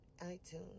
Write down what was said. iTunes